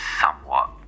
somewhat